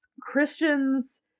christians